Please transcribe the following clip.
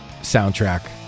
soundtrack